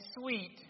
sweet